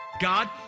God